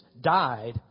died